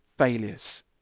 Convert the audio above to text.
failures